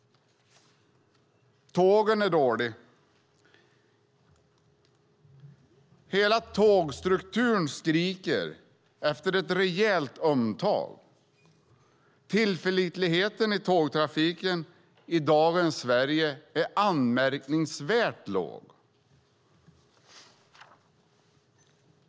Tågen är dåliga. Hela tågstrukturen skriker efter ett rejält omtag. Tillförlitligheten i tågtrafiken i dagens Sverige är anmärkningsvärt låg.